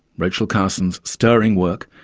rachel carson's stirring work,